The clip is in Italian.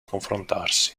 confrontarsi